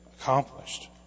accomplished